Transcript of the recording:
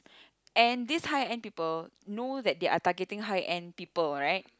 and these high end people know that they are targeting high end people right